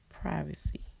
privacy